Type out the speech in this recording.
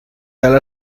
tal